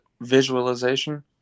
visualization